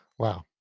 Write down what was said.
Wow